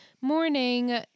morning